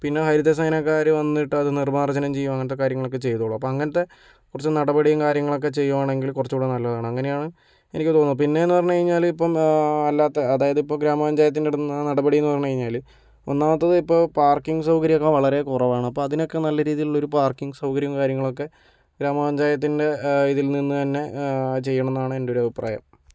പിന്നെ ഹരിതസേനക്കാര് വന്നിട്ടത് നിർമ്മാർജ്ജനം ചെയ്യുകയും അങ്ങനത്തെ കാര്യങ്ങളൊക്കെ ചെയ്തോളും അപ്പം അങ്ങനത്തെ കുറച്ച് നടപടിയും കാര്യങ്ങളൊക്കെ ചെയ്യുവാണെങ്കില് കുറച്ച് കൂടെ നല്ലതാണ് അങ്ങനെയാണ് എനിക്ക് തോന്നുന്നത് പിന്നേന്ന് പറഞ്ഞ് കഴിഞ്ഞാല് ഇപ്പം അല്ലാത്ത അതായത് ഇപ്പം ഗ്രാമപഞ്ചായത്തിൻ്റെ അടുത്ത നടപടി എന്ന് പറഞ്ഞ് കഴിഞ്ഞാല് ഒന്നാമത്തത് ഇപ്പം പാർക്കിങ് സൗകര്യമൊക്കെ വളരെ കുറവാണ് അപ്പം അതിനൊക്കെ നല്ല രീതിയിലൊള്ളൊരു പാർക്കിങ് സൗകര്യവും കാര്യങ്ങളൊക്കെ ഗ്രാമപഞ്ചായത്തിൻ്റെ ഇതിൽ നിന്ന് തന്നെ ആ ചെയ്യണമെന്നാണ് എൻ്റെ ഒരു അഭിപ്രായം